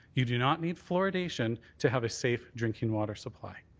you do not need fluoridation to have a safe drinking water supply.